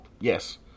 Yes